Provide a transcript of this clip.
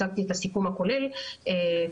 הצגתי את הסיכום הכולל כרגע,